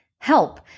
help